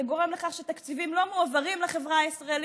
זה גורם לכך שתקציבים לא מועברים לחברה הישראלית,